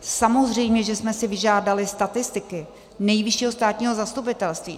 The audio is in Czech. Samozřejmě že jsme si vyžádali statistiky Nejvyššího státního zastupitelství.